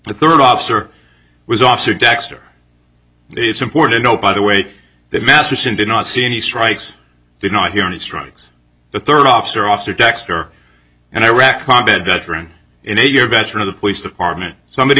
the third officer was officer dexter it's important note by the way that masterson did not see any strikes did not hear and strike the third officer officer dexter and iraq combat veteran and a year veteran of the police department somebody